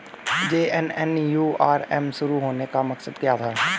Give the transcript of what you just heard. JNNURM शुरू करने का मकसद क्या था?